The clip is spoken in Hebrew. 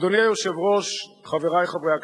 אדוני היושב-ראש, חברי חברי הכנסת,